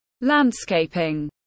Landscaping